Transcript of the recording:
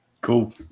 Cool